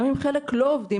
גם אם חלק לא עובדים,